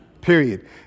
Period